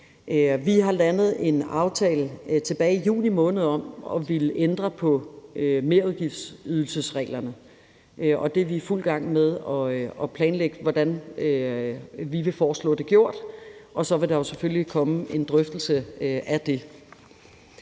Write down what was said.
Vi har landet en aftale tilbage juni måned om at de ændre på merudgiftsydelsesreglerne, og det er vi i fuld gang med at planlægge, altså hvordan vi vil foreslå det gjort, og så vil der jo selvfølgelig komme en drøftelse af det.